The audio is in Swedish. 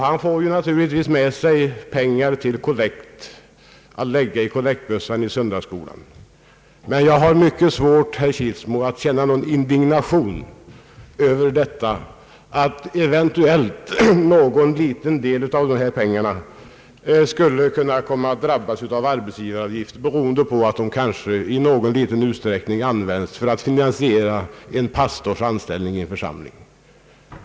Han får naturligtvis med sig pengar att lägga i kollektbössan. Jag har mycket svårt, herr Kilsmo, att känna någon indignation över att eventuellt någon liten del av dessa pengar skulle kunna komma att drabbas av arbetsgivaravgift, därför att de kanske till obetydlig del används för att finansiera en pastors anställning i en församling.